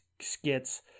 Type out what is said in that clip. skits